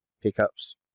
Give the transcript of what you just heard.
pickups